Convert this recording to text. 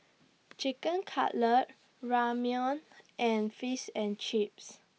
Chicken Cutlet Ramyeon and Fish and Chips